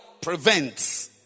prevents